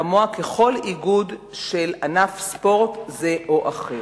כמוה ככל איגוד של ענף ספורט זה או אחר.